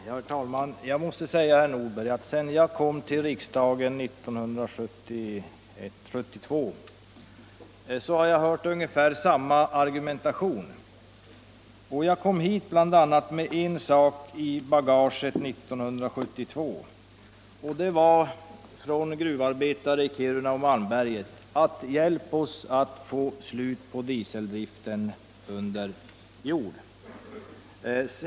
Herr talman! Jag måste säga, herr Nordberg, att sedan jag kom till "riksdagen 1972 har jag hela tiden hört ungefär samma argumentering som nu i den här frågan. Jag kom hit bl.a. med denna vädjan i bagaget från gruvarbetare i Kiruna och Malmberget: Hjälp oss att få slut på dieseldriften under jord!